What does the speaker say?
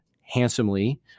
handsomely